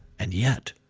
and yet,